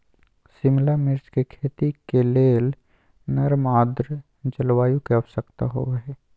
शिमला मिर्च के खेती के लेल नर्म आद्र जलवायु के आवश्यकता होव हई